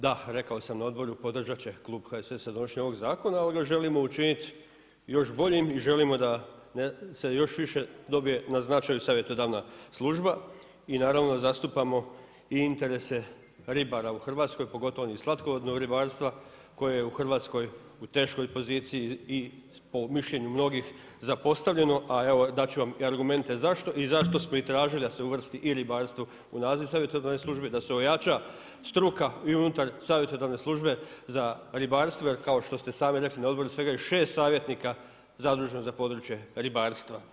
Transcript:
Da, rekao sam na odboru podržat će klub HSS-a donošenje ovog zakona, ali ga želimo učiniti još boljim i želimo da još više dobije na značaju savjetodavna služba i naravno zastupamo i interese ribara u Hrvatskoj pogotovo onih iz slatkovodnog ribarstva koje je u Hrvatskoj u teškoj poziciji i po mišljenju mnogih zapostavljeno, a evo dat ću vam i argumente zašto i zašto smo i tražili da se uvrsti i ribarstvo u naziv savjetodavne službe da se ojača struka i unutar savjetodavne službe za ribarstvo jer kao što ste i sami rekli na odboru svega je šest savjetnika zaduženo za područje ribarstva.